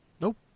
Nope